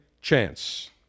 chance